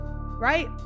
right